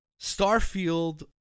Starfield